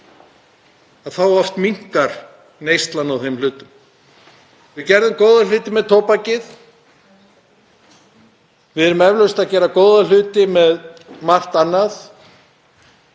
oft neyslan á þeim. Við gerðum góða hluti með tóbakið. Við erum eflaust að gera góða hluti með margt annað.